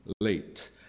late